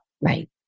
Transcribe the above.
Right